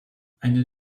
eine